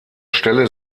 stelle